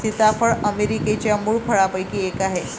सीताफळ अमेरिकेच्या मूळ फळांपैकी एक आहे